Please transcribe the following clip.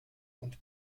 und